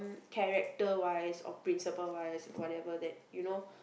character wise or principle wise whatever that you know